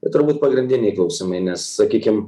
tai turbūt pagrindiniai klausimai nes sakykim